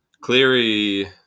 Cleary